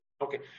Okay